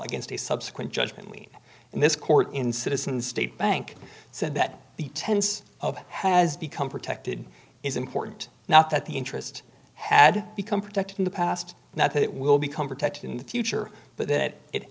against a subsequent judge me and this court in citizens state bank said that the tense of has become protected is important not that the interest had become protected in the past not that it will become protected in the future but that it